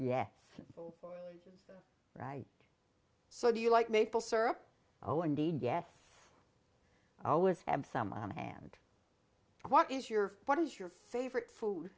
yeah right so do you like maple syrup oh indeed yes i always have some on hand what is your what is your favorite food